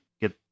get